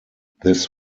this